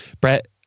Brett